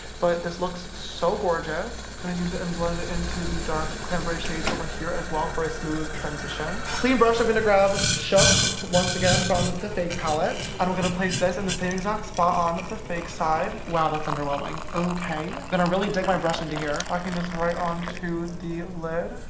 but this looks so gorgeous! gonna use it and blend it into the dark cranberry shade over here as well for a smooth transition. clean brush, i'm gonna grab shook once again from the fake palette i'm gonna place this in the same exact spot on the the fake side. wow that's underwhelming! okay then i really dig my brush into here, packing this right onto and the lid.